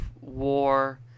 war